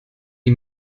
die